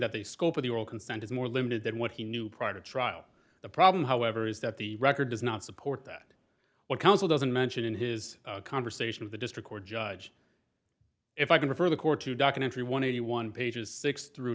that the scope of the oral consent is more limited than what he knew prior to trial the problem however is that the record does not support that what counsel doesn't mention in his conversation of the district court judge if i can refer the court to documentary one eighty one pages six through